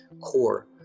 core